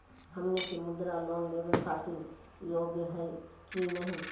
हमनी के मुद्रा लोन लेवे खातीर योग्य हई की नही?